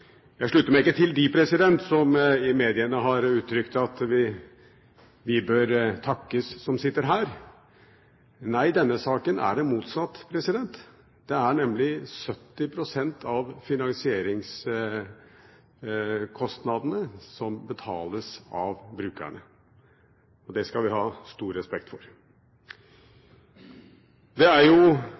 Jeg slutter meg ikke til dem som i mediene har uttrykt at vi som sitter her, bør takkes. Nei, i denne saken er det motsatt. 70 pst. av finansieringskostnadene betales nemlig av brukerne. Det skal vi ha stor respekt for. Det er jo